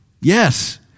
Yes